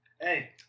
Hey